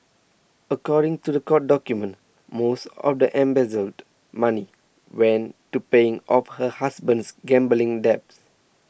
according to the court documents most of the embezzled money went to paying off her husband's gambling debts